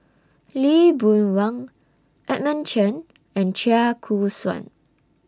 Lee Boon Wang Edmund Chen and Chia Choo Suan